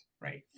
right